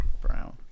Brown